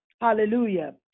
Hallelujah